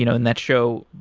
you know in that show,